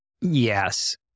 Yes